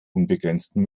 unbegrenzten